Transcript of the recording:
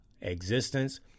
existence